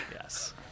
Yes